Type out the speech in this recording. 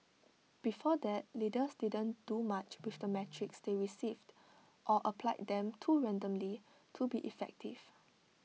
before that leaders didn't do much with the metrics they received or applied them too randomly to be effective